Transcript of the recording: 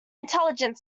intelligent